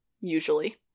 usually